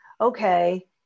okay